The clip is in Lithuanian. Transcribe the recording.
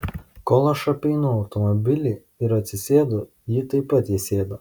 kol aš apeinu automobilį ir atsisėdu ji taip pat įsėda